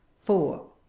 four